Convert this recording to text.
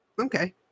Okay